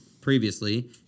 previously